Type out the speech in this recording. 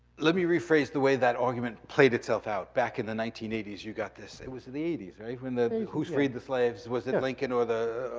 let me rephrase the way that argument played itself out. back in the nineteen eighty s, you got this, it was in the eighty s, right? when the the who freed the slaves, was it lincoln or the?